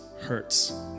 hurts